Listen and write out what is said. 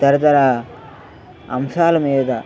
తదితర అంశాల మీద